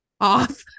Off